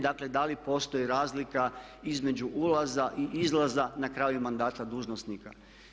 Dakle, da li postoji razlika između ulaza i izlaza na kraju mandata dužnosnika.